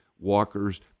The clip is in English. Walker's